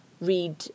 read